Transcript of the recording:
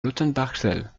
lautenbachzell